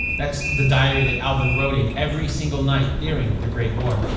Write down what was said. that's the diary that alvin wrote in every single night during the great war,